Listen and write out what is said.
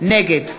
נגד גברתי,